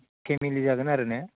family जागोन आरो ने